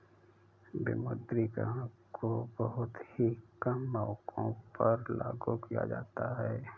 विमुद्रीकरण को बहुत ही कम मौकों पर लागू किया जाता है